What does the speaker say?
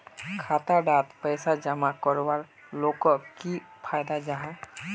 खाता डात पैसा जमा करवार लोगोक की फायदा जाहा?